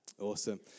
awesome